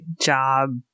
job